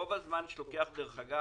רוב הזמן שלוקח הוא כשאומרים: